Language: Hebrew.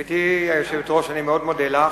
גברתי היושבת-ראש, אני מאוד מודה לך.